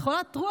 את חולת רוח.